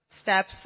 steps